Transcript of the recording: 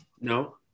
No